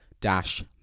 dash